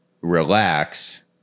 relax